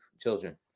children